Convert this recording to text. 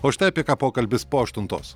o štai apie ką pokalbis po aštuntos